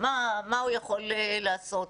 מה הוא יכול לעשות?